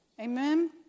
Amen